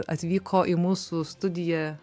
atvyko į mūsų studiją